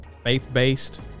faith-based